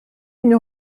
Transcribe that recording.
une